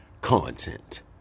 content